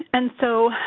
and so,